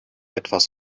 etwas